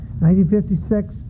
1956